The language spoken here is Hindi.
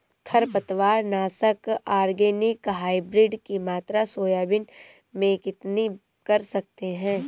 खरपतवार नाशक ऑर्गेनिक हाइब्रिड की मात्रा सोयाबीन में कितनी कर सकते हैं?